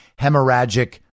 hemorrhagic